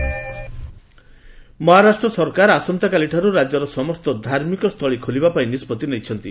ମହାରାଷ୍ଟ୍ର ଧର୍ମସ୍ଥଳୀ ମହାରାଷ୍ଟ୍ର ସରକାର ଆସନ୍ତାକାଲିଠାରୁ ରାଜ୍ୟର ସମସ୍ତ ଧାର୍ମିକସ୍ଥଳୀ ଖୋଲିବା ପାଇଁ ନିଷ୍ପଭି ନେଇଛନ୍ତି